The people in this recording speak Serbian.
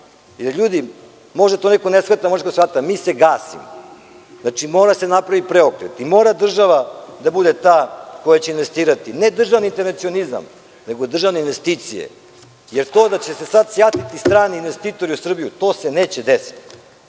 gašenja. Možda to neko ne shvata, možda neko shvata, mi se gasimo. Mora da se napravi preokret i mora država da bude ta koja će investirati. Ne državni internacionalizam, nego državne investicije, jer to da će se sad sjatiti strani investitori u Srbiju to se neće desiti.